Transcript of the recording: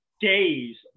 Days